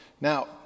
Now